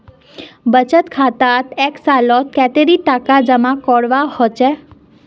बचत खातात एक सालोत कतेरी टका जमा करवा होचए?